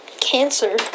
cancer